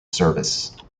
service